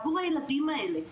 עבור הילדים האלה,